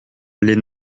les